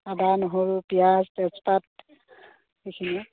আদা নহৰু পিঁয়াজ তেজপাত এইখিনিয়ে